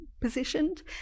positioned